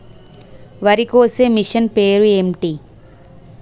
వరి కోసే మిషన్ పేరు ఏంటి